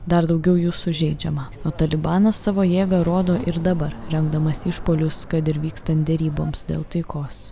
dar daugiau jų sužeidžiama o talibanas savo jėgą rodo ir dabar rengdamas išpuolius kad ir vykstant deryboms dėl taikos